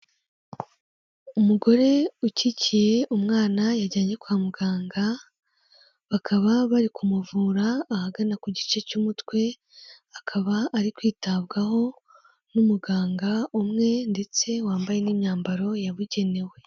Umugore ukikiye umwana yajyanye kwa muganga, bakaba bari kumuvura ahagana ku gice cy'umutwe, akaba ari kwitabwaho n'umuganga umwe ndetse wambaye n'imyambaro yabugenewe.